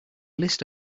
list